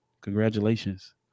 congratulations